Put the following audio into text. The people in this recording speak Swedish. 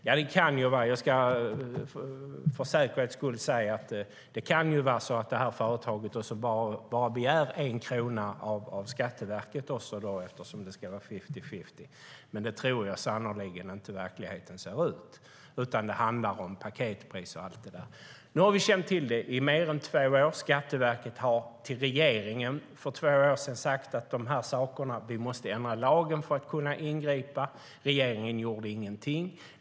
Jag ska för säkerhets skull säga att det kan vara så att det aktuella företaget bara begär 1 krona av Skatteverket eftersom det ska vara fifty-fifty. Men så tror jag sannerligen inte att verkligheten ser ut, utan det handlar om paketpris. Vi har känt till det här i mer två år. Skatteverket sade för två år sedan till regeringen att vi måste ändra lagen för att kunna ingripa. Regeringen gjorde ingenting.